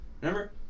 remember